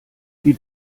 die